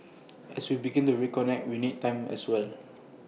as we begin to reconnect we need time as well